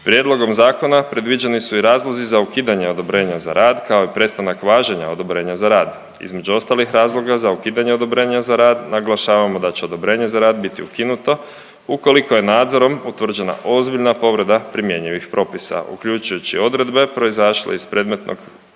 Prijedlogom zakona predviđen su i razlozi za ukidanje odobrenja za rad kao i prestanak važenja odobrenja za rad. Između ostalih razloga za ukidanje odobrenja za rad naglašavamo da će odobrenje za rad biti ukinuto ukoliko je nadzorom utvrđena ozbiljna povreda primjenjivih propisa uključujući odredbe proizašle iz predmetnog prijedloga